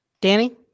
Danny